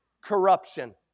corruption